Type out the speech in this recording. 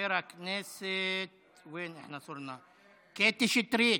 חברת הכנסת קטי שטרית,